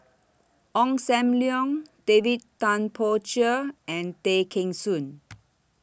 Ong SAM Leong David Tay Poey Cher and Tay Kheng Soon